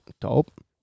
dope